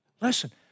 Listen